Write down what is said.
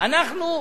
אנחנו,